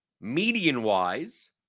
median-wise